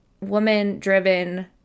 woman-driven